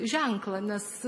ženklą nes